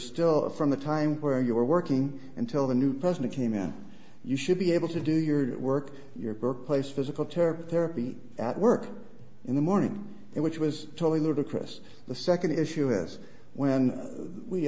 still from the time where you were working until the new president came in you should be able to do your work your birthplace physical terror therapy at work in the morning which was totally ludicrous the second issue is when we